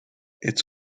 its